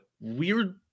weird